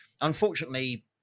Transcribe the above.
unfortunately